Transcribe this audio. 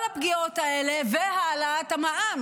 כל הפגיעות האלה והעלאת המע"מ,